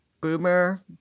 boomer